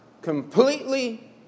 completely